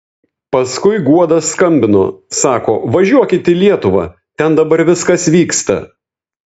paskui guoda skambino sako važiuokit į lietuvą ten dabar viskas vyksta